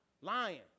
lying